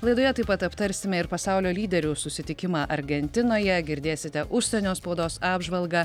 laidoje taip pat aptarsime ir pasaulio lyderių susitikimą argentinoje girdėsite užsienio spaudos apžvalgą